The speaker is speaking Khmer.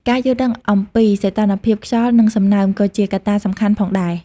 ការយល់ដឹងអំពីសីតុណ្ហភាពខ្យល់ និងសំណើម ក៏ជាកត្តាសំខាន់ផងដែរ។